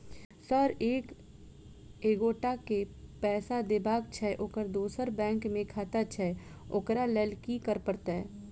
Sir एक एगोटा केँ पैसा देबाक छैय ओकर दोसर बैंक मे खाता छैय ओकरा लैल की करपरतैय?